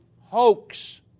hoax